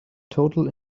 total